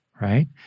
right